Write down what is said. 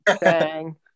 Bang